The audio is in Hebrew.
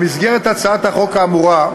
במסגרת הצעת החוק האמורה,